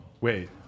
Wait